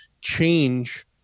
change